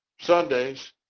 Sundays